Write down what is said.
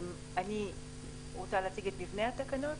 אני רוצה להציג את מבנה התקנות.